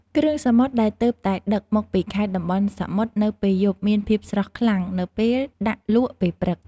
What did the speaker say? គ្រឿងសមុទ្រដែលទើបតែដឹកមកពីខេត្តតំបន់សមុទ្រនៅពេលយប់មានភាពស្រស់ខ្លាំងនៅពេលដាក់លក់ពេលព្រឹក។